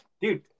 dude